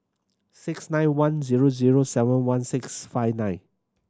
six nine one zero zero seven one six five nine